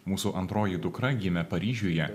mūsų antroji dukra gimė paryžiuje